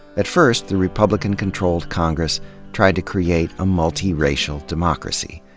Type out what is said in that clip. at first, the republican-controlled congress tried to create a multiracial democracy.